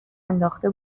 انداخته